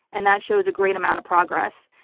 and that shows a great amount of progress.